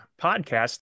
podcast